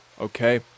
okay